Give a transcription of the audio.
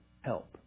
help